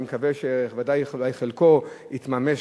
אני מקווה, ודאי, אולי חלקו יתממש.